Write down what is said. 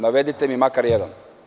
Navedite mi makar jedan.